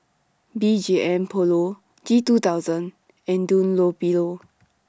B G M Polo G two thousand and Dunlopillo